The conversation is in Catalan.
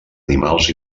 animals